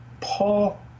Paul